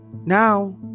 now